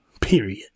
period